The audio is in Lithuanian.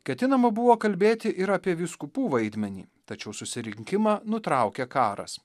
ketinama buvo kalbėti ir apie vyskupų vaidmenį tačiau susirinkimą nutraukė karas